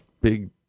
big